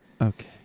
Okay